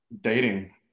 dating